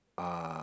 uh